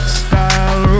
style